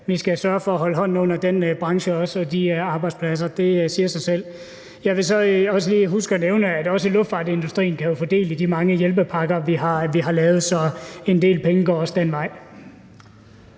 skal sørge for at holde hånden under den branche og de arbejdspladser; det siger sig selv. Jeg vil også lige huske at nævne, at også luftfartsindustrien jo kan få del i de mange hjælpepakker, vi har lavet, så en del penge går også den vej.